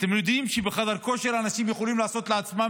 אתם יודעים שבחדר כושר אנשים יכולים לעשות לעצמם